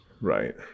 Right